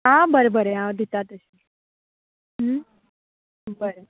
आं बरें बरें हांव दितां तशें बरें